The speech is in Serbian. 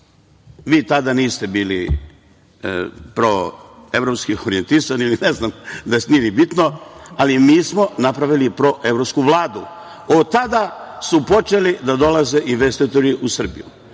Vi tada niste bili proevropski orjentisani, nije ni bitno, ali mi smo napravili proevropsku Vladu. Od tada su počeli da dolaze investitori u Srbiju